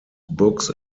books